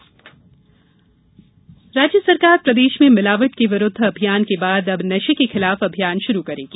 नशा मुक्ति अभियान राज्य सरकार प्रदेश में मिलावट के विरूद्व अभियान के बाद अब नशे के खिलाफ अभियान शुरू करेगी